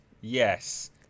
yes